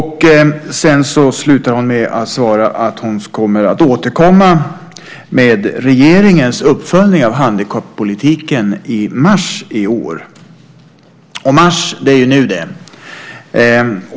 Hon avslutar sitt svar med att hon ska återkomma med regeringens uppföljning av handikappolitiken i mars i år. Nu är det mars.